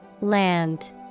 land